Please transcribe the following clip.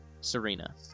Serena